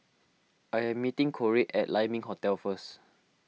I am meeting Korey at Lai Ming Hotel first